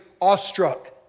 awestruck